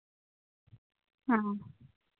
ᱦᱚᱸ